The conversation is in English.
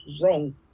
wrong